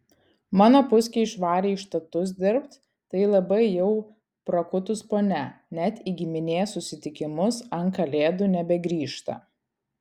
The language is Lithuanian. mano puskė išvarė į štatus dirbt tai labai jau prakutus ponia net į giminės susitikimus ant kalėdų nebegrįžta